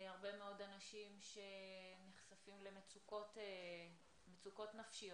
הרבה מאוד אנשים נחשפים למצוקות נפשיות,